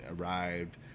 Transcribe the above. arrived